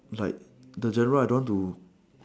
like the general I don't want to